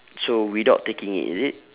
so without taking it is it